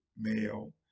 male